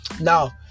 now